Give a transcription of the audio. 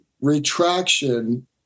retraction